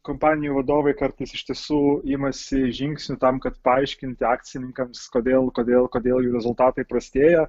kompanijų vadovai kartais iš tiesų imasi žingsnių tam kad paaiškinti akcininkams kodėl kodėl kodėl jų rezultatai prastėja